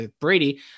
Brady